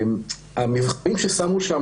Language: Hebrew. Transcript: המבחנים ששמו שם